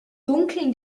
dunkel